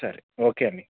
సరే ఓకే అండి